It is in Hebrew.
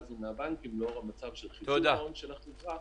הזאת מהבנקים לאור המצב של חיזוק ההון של החברה